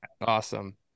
Awesome